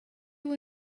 you